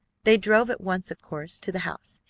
they drove at once, of course, to the house,